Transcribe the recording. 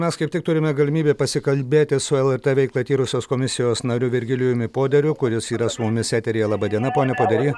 mes kaip tik turime galimybę pasikalbėti su lrt veiklą tyrusios komisijos nariu virgilijumi poderiu kuris yra su mumis eteryje laba diena pone podery